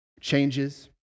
changes